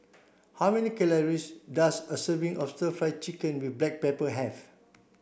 how many calories does a serving of stir fry chicken with black pepper have